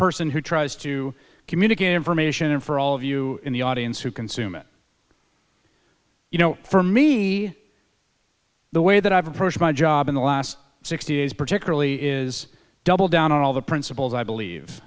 person who tries to communicate information and for all of you in the audience who consume it you know for me the way that i've approached my job in the last sixty days particularly is double down on all the principles i believe